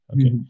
okay